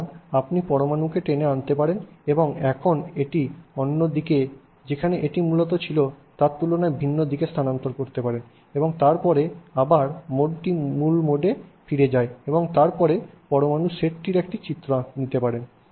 সুতরাং আপনি পরমাণুকে টেনে আনতে পারেন এবং এখন এটি অন্যদিকে যেখানে এটি মূলত ছিল তার তুলনায় ভিন্নদিকে স্থানান্তর করতে পারেন এবং তারপরে আবার মোডটি মূল মোডে ফিরে যায় এবং তারপরে পরমাণুর সেটটির একটি চিত্র নিতে পারে